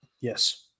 Yes